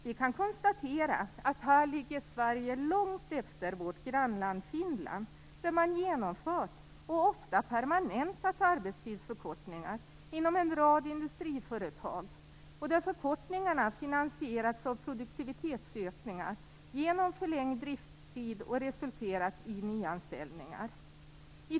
Vi kan konstatera att här ligger Sverige långt efter vårt grannland Finland, där man genomfört och ofta permanentat arbetstidsförkortningar inom en rad industriföretag och där förkortningarna finansierats av produktivitetsökningar genom förlängd driftstid. Det har resulterat i nyanställningar.